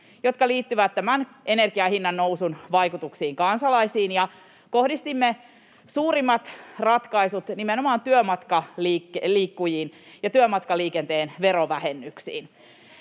jotka liittyvät tämän energianhinnan nousun vaikutuksiin kansalaisiin. Kohdistimme suurimmat ratkaisut nimenomaan työmatkaliikkujiin ja työmatkaliikenteen verovähennyksiin.